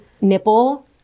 nipple